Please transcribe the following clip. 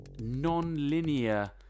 non-linear